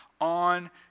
on